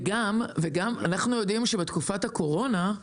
וגם, אנחנו יודעים שבתקופת הקורונה,